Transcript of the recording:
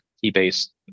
key-based